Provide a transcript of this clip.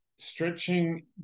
Stretching